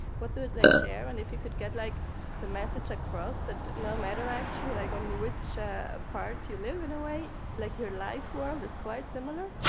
what they share. and if you could get like the message across that no matter, actually, like on which part you live in a way, like your life world is quite similar,